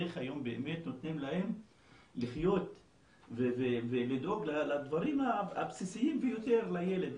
איך היום באמת נותנים להם לחיות ולדאוג לדברים הבסיסיים ביותר לילד.